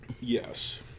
Yes